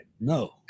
No